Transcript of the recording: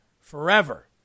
forever